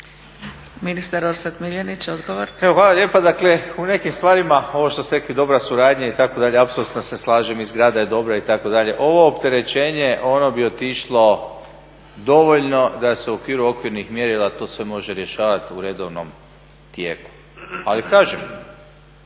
Ministar Orsat Miljenić, odgovor. **Miljenić, Orsat** Evo hvala lijepa. Dakle, u nekim stvarima ovo što ste rekli dobra suradnja itd. apsolutno se slažem i zgrada je dobra itd. Ovo opterećenje ono bi otišlo dovoljno da se u okviru okvirnih mjerila to sve može rješavati u redovnom tijeku. Ali kažem